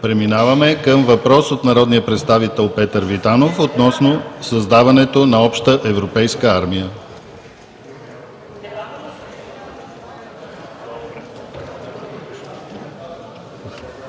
Преминаваме към въпрос от народния представител Петър Витанов, относно създаването на обща европейска армия.